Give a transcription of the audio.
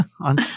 on